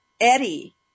Eddie